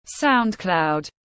soundcloud